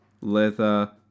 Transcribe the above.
leather